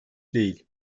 değil